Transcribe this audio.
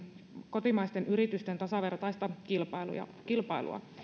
kotimaisten yritysten tasavertaista kilpailua